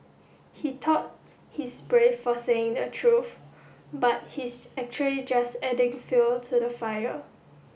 he thought he's brave for saying the truth but he's actually just adding fuel to the fire